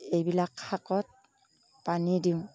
এইবিলাক শাকত পানী দিওঁ